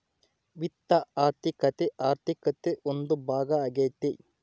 ವಿತ್ತ ಆರ್ಥಿಕತೆ ಆರ್ಥಿಕತೆ ಒಂದು ಭಾಗ ಆಗ್ಯತೆ